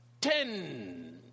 ten